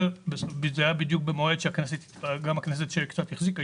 זה היה בדיוק במועד שגם הכנסת שקצת החזיקה,